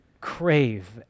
crave